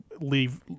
leave